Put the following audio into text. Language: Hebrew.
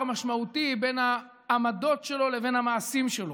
משמעותי בין העמדות שלו לבין המעשים שלו,